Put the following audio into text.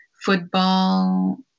football